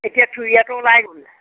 এতিয়া থুৰীয়াটো ওলাই গ'ল